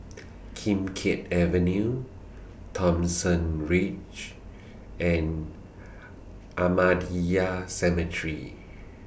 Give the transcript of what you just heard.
Kim Keat Avenue Thomson Ridge and Ahmadiyya Cemetery